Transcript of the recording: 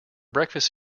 breakfast